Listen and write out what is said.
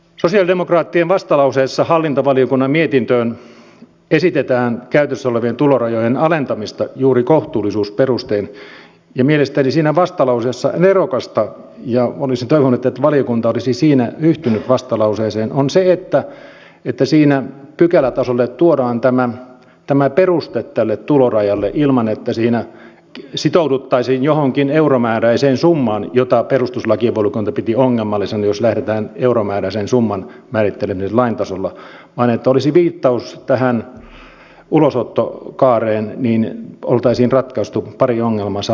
sosialidemokraattien vastalauseessa hallintovaliokunnan mietintöön esitetään käytössä olevien tulorajojen alentamista juuri kohtuullisuusperustein ja mielestäni siinä vastalauseessa nerokasta ja olisin toivonut että valiokunta olisi siinä yhtynyt vastalauseeseen on se että siinä pykälätasolle tuodaan tämä peruste tälle tulorajalle ilman että siinä sitouduttaisiin johonkin euromääräiseen summaan perustuslakivaliokunta piti ongelmallisena jos lähdetään euromääräisen summan määrittelemiseen lain tasolla vaan että olisi viittaus tähän ulosottokaareen niin oltaisiin ratkaistu pari ongelmaa samalla kertaa